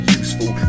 useful